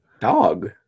dog